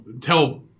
tell